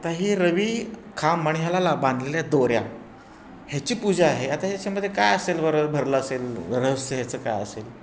आता ही रवी खांब आणि ह्याला बांधलेल्या दोऱ्या ह्याची पूजा आहे आता ह्याच्यामध्ये काय असेल बरं भरलं असेल रहस्यचं काय असेल